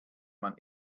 man